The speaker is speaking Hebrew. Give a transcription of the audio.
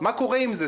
מה קורה עם זה?